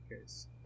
case